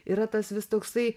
yra tas vis toksai